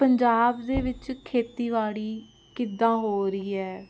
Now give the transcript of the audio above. ਪੰਜਾਬ ਦੇ ਵਿੱਚ ਖੇਤੀਬਾੜੀ ਕਿੱਦਾਂ ਹੋ ਰਹੀ ਹੈ